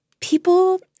people